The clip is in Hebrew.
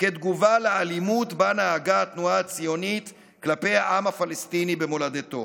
כתגובה לאלימות שבה נהגה התנועה הציונית כלפי העם הפלסטיני במולדתו.